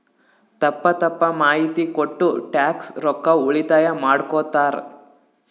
ತಪ್ಪ ತಪ್ಪ ಮಾಹಿತಿ ಕೊಟ್ಟು ಟ್ಯಾಕ್ಸ್ ರೊಕ್ಕಾ ಉಳಿತಾಯ ಮಾಡ್ಕೊತ್ತಾರ್